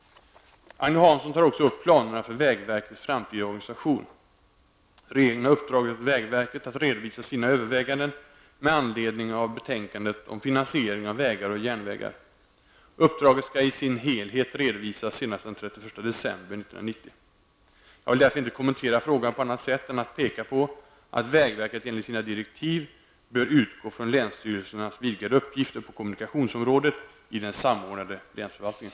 Agne Hansson tar också upp planerna för vägverkets framtida organisation. Regeringen har uppdragit åt vägverket att redovisa sina överväganden med anledning av betänkandet om finansiering av vägar och järnvägar . Uppdraget skall i sin helhet redovisas senast den 31 december 1990. Jag vill därför inte kommentera frågan på annat sätt än att peka på att vägverket enligt sina direktiv bör utgå från länsstyrelsernas vidgade uppgifter på kommunikationsområdet i den samordnade länsförvaltningen.